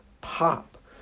pop